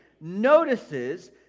notices